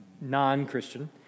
non-Christian